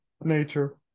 nature